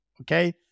Okay